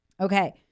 Okay